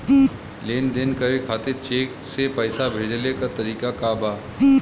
लेन देन करे खातिर चेंक से पैसा भेजेले क तरीकाका बा?